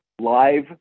live